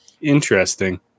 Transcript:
interesting